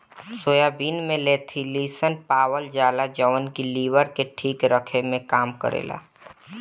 soybean में lecithin पावल जाला जवन की लीवर के ठीक रखे में काम करेला